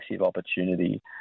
opportunity